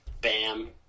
Bam